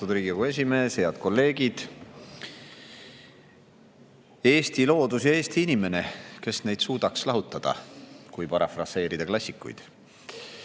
austatud Riigikogu esimees! Head kolleegid! Eesti loodus ja Eesti inimene, kes neid suudaks lahutada – kui parafraseerida klassikuid.